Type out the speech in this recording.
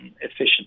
efficient